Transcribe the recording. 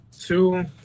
Two